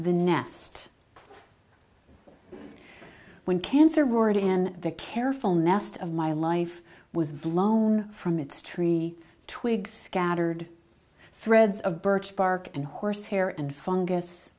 the nest when cancer ward in the careful nest of my life was blown from its tree twigs scattered threads of birch bark and horse hair and fungus